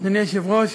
אדוני היושב-ראש,